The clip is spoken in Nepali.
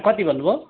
कति भन्नुभयो